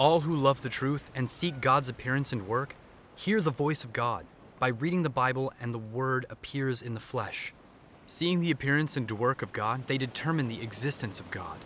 all who love the truth and seek god's appearance and work hear the voice of god by reading the bible and the word appears in the flesh seeing the appearance and a work of god they determine the existence of god